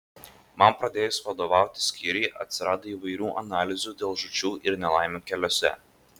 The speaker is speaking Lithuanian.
man pradėjus vadovauti skyriui atsirado įvairių analizių dėl žūčių ir nelaimių keliuose